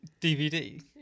dvd